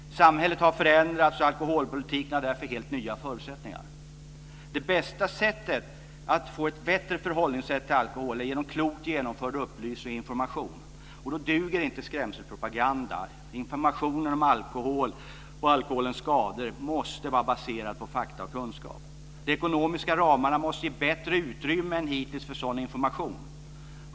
Samhället har förändrats och alkoholpolitiken har därför helt nya förutsättningar. Det bästa sättet att få ett bättre förhållningssätt till alkohol är genom klokt genomförd upplysning och information. Då duger inte skrämselpropaganda. Information om alkohol och alkoholens skador måste vara baserad på fakta och kunskap. De ekonomiska ramarna måste ge bättre utrymme än hittills för sådan information.